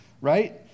right